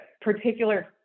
particular